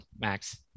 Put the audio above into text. Max